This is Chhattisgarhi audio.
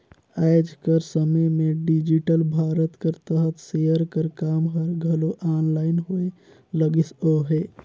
आएज कर समे में डिजिटल भारत कर तहत सेयर कर काम हर घलो आनलाईन होए लगिस अहे